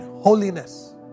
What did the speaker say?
holiness